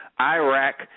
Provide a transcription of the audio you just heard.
Iraq